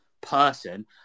person